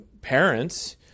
parents